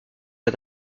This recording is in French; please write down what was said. pas